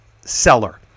seller